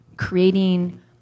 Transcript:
creating